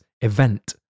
event